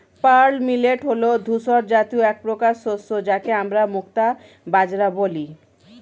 pearl millet হল ধূসর জাতীয় একপ্রকার শস্য যাকে আমরা মুক্তা বাজরা বলি